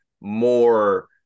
more